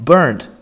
Burned